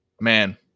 Man